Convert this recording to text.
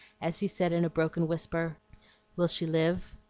as he said in a broken whisper will she live?